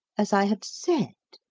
as i have said,